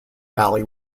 valley